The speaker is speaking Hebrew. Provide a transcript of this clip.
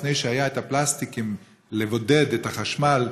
לפני שהיו הפלסטיקים לבודד את החשמל,